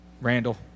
Randall